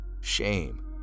shame